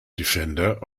defender